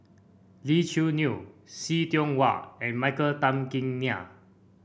Lee Choo Neo See Tiong Wah and Michael Tan Kim Nei